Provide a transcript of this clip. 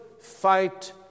fight